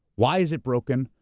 why is it broken,